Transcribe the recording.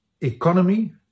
economy